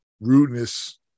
rudeness